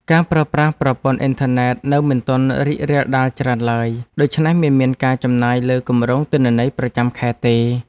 ការប្រើប្រាស់ប្រព័ន្ធអ៊ីនធឺណិតនៅមិនទាន់រីករាលដាលច្រើនឡើយ ដូច្នេះមិនមានការចំណាយលើគម្រោងទិន្នន័យប្រចាំខែទេ។